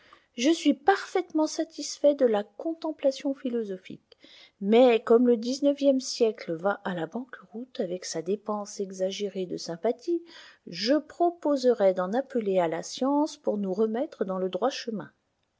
je suis parfaitement satisfait de la contemplation philosophique mais comme le dix-neuvième siècle va à la banqueroute avec sa dépense exagérée de sympathie je proposerais d'en appeler à la science pour nous remettre dans le droit chemin